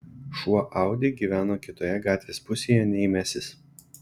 šuo audi gyvena kitoje gatvės pusėje nei mesis